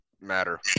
matter